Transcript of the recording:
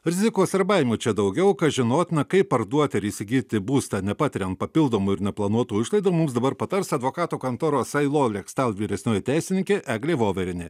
rizikos ar baimių čia daugiau kas žinotina kaip parduot ar įsigyti būstą nepatirian papildomų ir neplanuotų išlaidų mums dabar patars advokatų kontoros ilaw lextal vyresnioji teisininkė eglė voverienė